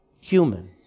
human